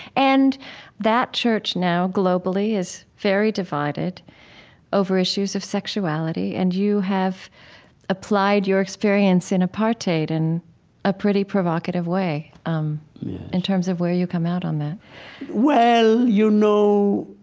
and that church now, globally, is very divided over issues of sexuality, and you have applied your experience in apartheid in a pretty provocative way um in terms of where you come out on that well, you know,